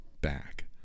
back